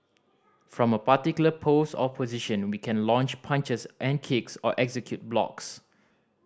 from a particular pose or position we can launch punches and kicks or execute blocks